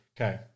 Okay